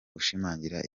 gushimangira